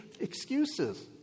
excuses